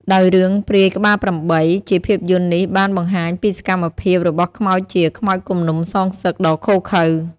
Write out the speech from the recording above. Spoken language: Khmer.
ដោយរឿងព្រាយក្បាល៨ ជាភាពយន្តនេះបានបង្ហាញពីសកម្មភាពរបស់ខ្មោចជា ខ្មោចគំនុំសងសឹក ដ៏ឃោរឃៅ។